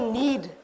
need